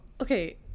Okay